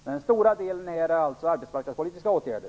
Till stora delar handlar det alltså om arbetsmarknadspolitiska åtgärder.